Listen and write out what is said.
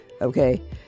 Okay